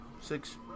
six